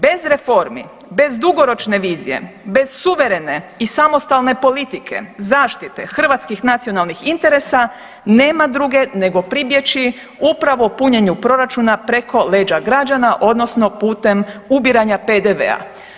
Bez reformi, bez dugoročne vizije, bez suverene i samostalne politike, zaštite hrvatskih nacionalnih interesa nema druge nego pribjeći upravo punjenju proračuna preko leđa građana odnosno putem ubiranja PDV-a.